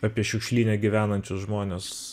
apie šiukšlyne gyvenančius žmones